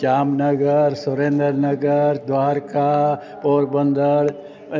Jamnagar Surendranagar Dwarka Porbandar